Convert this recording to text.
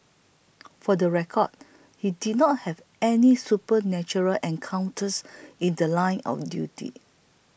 for the record he did not have any supernatural encounters in The Line of duty